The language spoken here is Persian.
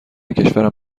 کشورم